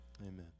Amen